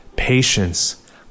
patience